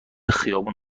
خیابون